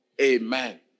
Amen